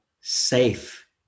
safe